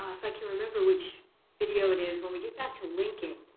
if i can remember which video it is, when we get back to linking,